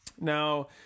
Now